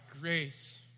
grace